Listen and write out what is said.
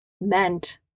meant